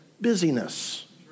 busyness